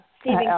Stephen